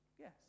yes